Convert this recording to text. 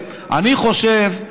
יצרני שקר.